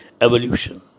evolution